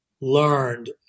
learned